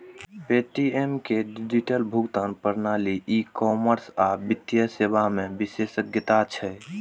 Paytm के digital भुगतान प्रणाली, ई कॉमर्स आ वित्तीय सेवा मे विशेषज्ञता छै